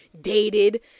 dated